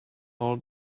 all